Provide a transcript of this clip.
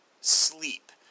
sleep